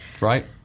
right